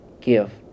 give